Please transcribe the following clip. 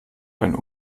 einen